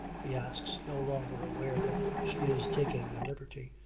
he asks, no longer aware that she is taking a liberty.